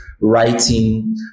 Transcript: writing